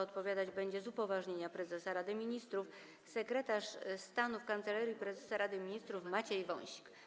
Odpowiadać będzie, z upoważnienia prezesa Rady Ministrów, sekretarz stanu w Kancelarii Prezesa Rady Ministrów Maciej Wąsik.